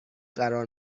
قرار